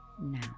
now